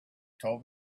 told